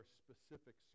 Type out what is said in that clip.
specific